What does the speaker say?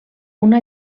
una